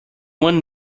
one